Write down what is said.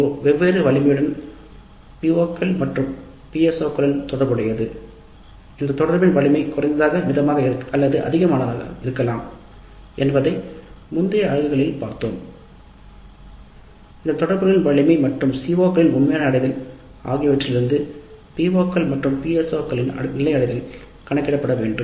PO கள் மற்றும் PSO களின் அளவுகள் தொடர்பு வலிமை மற்றும் CO களின் உண்மையான நிலை அடைதல் மூலம் கணக்கிடப்பட வேண்டும்